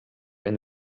and